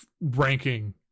ranking